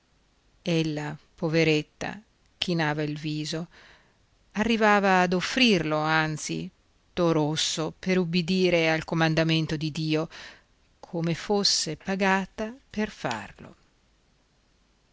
sull'olivo ella poveretta chinava il viso arrivava ad offrirlo anzi tutto rosso per ubbidire al comandamento di dio come fosse pagata per farlo